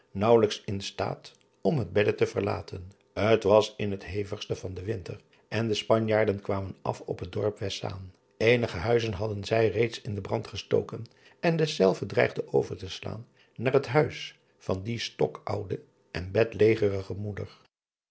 in staat om het bedde te verlaten t as in het hevigste van den winter en de panjaarden kwamen af op het dorp estzaan enige buizen hadden zij reeds in den brand gestoken en deselve driaan oosjes zn et leven van illegonda uisman dreigde over te staan naar het huis van die stokoude en bedlegerige moeder